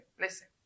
listen